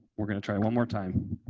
we're going to try one more time.